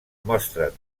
mostren